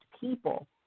people